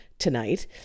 tonight